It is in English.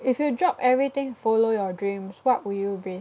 if you drop everything to follow your dreams what would you be